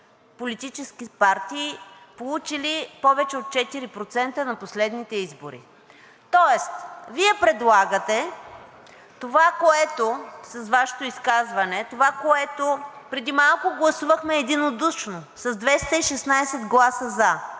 политически партии, получили повече от 4% на последните избори, тоест Вие предлагате с Вашето изказване това, което преди малко гласувахме единодушно с 216 гласа за,